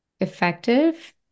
effective